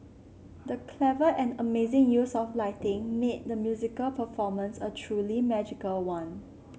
the clever and amazing use of lighting made the musical performance a truly magical one